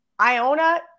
Iona